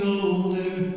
older